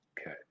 Okay